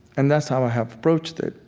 and that's how i have approached it.